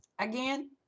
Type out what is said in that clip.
Again